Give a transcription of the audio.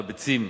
הביצים,